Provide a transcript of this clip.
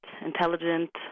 intelligent